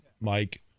Mike